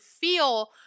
feel